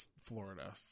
florida